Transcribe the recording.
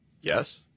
Yes